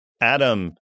Adam